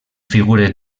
figures